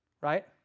right